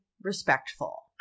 respectful